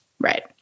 Right